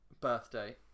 Birthday